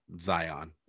Zion